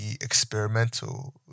experimental